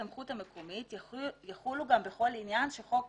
הסמכות המקומית יחולו גם בכל עניין שחוק